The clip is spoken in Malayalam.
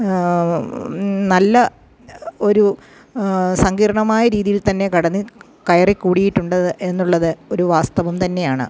നല്ല ഒരു സങ്കീർണ്ണമായ രീതിയിൽ തന്നെ കടന്ന് കയറി കൂടിയിട്ടുണ്ട് അത് എന്നുള്ളത് ഒരു വാസ്തവം തന്നെയാണ്